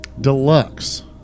Deluxe